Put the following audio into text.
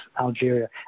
Algeria